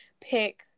pick